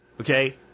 Okay